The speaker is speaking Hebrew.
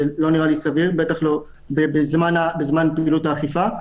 זה לא נראה לי סביר, בטח לא בזמן פעילות האכיפה.